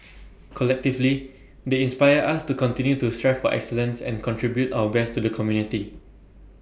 collectively they inspire us to continue to strive for excellence and contribute our best to the community